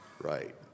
right